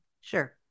Sure